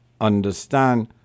understand